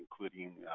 including